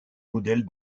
modèles